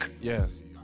yes